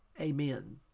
Amen